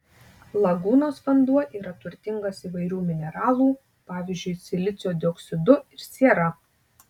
lagūnos vanduo yra turtingas įvairių mineralų pavyzdžiui silicio dioksidu ir siera